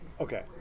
Okay